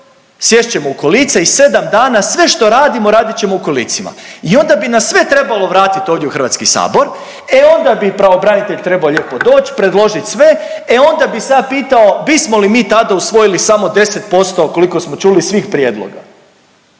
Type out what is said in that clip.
ćemo u kolica i sedam dana sve što radimo radit ćemo u kolicima. I onda bi nas sve trebalo vratiti ovdje u Hrvatski sabor. E onda bi pravobranitelj trebao lijep doći, predložiti sve. E onda bi se ja pitao bismo li mi tada usvojili samo 10% koliko smo čuli svih prijedloga